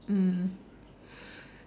mm